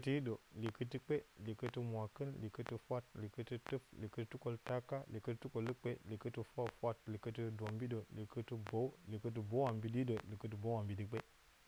Likɨtɨ hiɗǝ, likɨtɨ kpe, likɨtɨ mwaakɨn, likɨtɨ fwat, likɨtɨ tuf, likɨtɨ tuwakwaltaka, likɨtɨ tukolukpe, likɨtɨ fwa-fwat, likɨtɨ dombiɗǝ, likɨtɨ bǝw, likɨtɨ bǝw a mbiɗ-hiɗǝ, likɨtɨ bǝw a mbiɗ-kpe